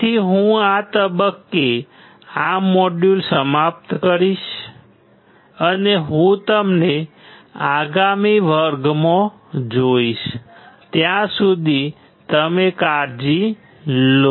તેથી હું આ તબક્કે આ મોડ્યુલ સમાપ્ત કરીશ અને હું તમને આગામી વર્ગમાં જોઇશ ત્યાં સુધી તમે કાળજી લો